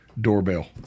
doorbell